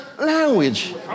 language